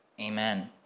Amen